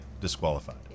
disqualified